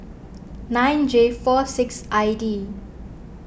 nine J four six I D